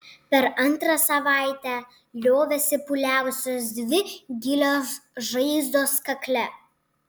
per antrą savaitę liovėsi pūliavusios dvi gilios žaizdos kakle